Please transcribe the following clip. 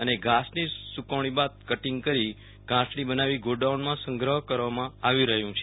જે ધાસની શુકવણી બાદ કટીંગ કરી ગાંસડી બનાવી ગોડાઉનમાં સંગ્રહ કરવામાં આવી રહ્યો છે